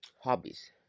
Hobbies